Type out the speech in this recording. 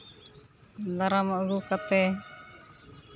ᱫᱟᱨᱟᱢ ᱟᱹᱜᱩ ᱠᱟᱛᱮ